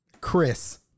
Chris